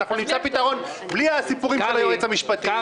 נמצא פתרון בלי הסיפורים של היועץ המשפטי.